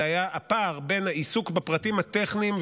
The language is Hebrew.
זה היה הפער בין העיסוק בפרטים הטכניים,